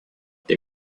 they